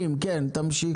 80. כן, תמשיך.